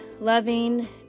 loving